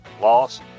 loss